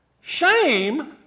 Shame